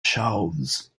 shelves